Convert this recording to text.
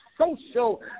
social